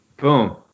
Boom